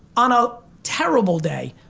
on a terrible day,